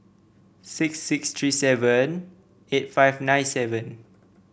six six three seven eight five nine seven